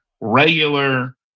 regular